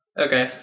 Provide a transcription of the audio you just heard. Okay